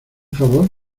favor